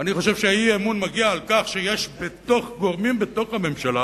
אני חושב שהאי-אמון מגיע על כך שיש גורמים בתוך הממשלה